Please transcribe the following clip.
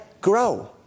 grow